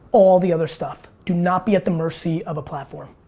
all the other stuff. do not be at the mercy of a platform.